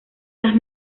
las